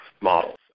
models